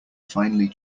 finely